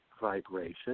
Vibration